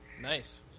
Nice